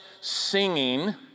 singing